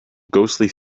ghostly